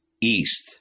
east